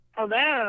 Hello